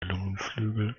lungenflügel